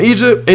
Egypt